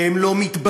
והם לא מתבצרים,